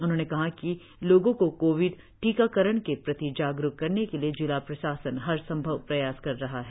उन्होंने कहा कि लोगों को कोविड टीकाकरण के प्रति जाग़रुक करने के लिए जिला प्रशासन हर संभव प्रयास कर रहा है